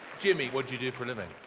jimmy what do you do for a living?